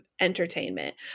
entertainment